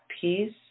peace